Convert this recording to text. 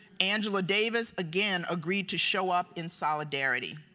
angela davis, again agreed to show up in solidarity.